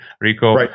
Rico